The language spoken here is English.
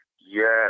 Yes